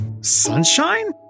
sunshine